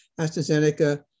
AstraZeneca